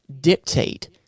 Dictate